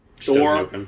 Door